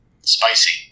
Spicy